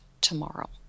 tomorrow